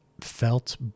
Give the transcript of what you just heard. felt